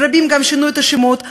רבים גם שינו את השמות,